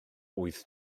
wyth